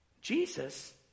Jesus